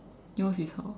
yours is how